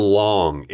long